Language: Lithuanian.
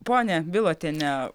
ponia bilotiene